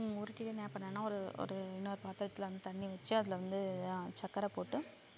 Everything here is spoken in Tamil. உருட்டி என்ன பண்ணேன்னா ஒரு ஒரு இன்னொரு பாத்திரத்தில் வந்து தண்ணி வெச்சி அதில் வந்து சக்கரை போட்டு